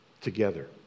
together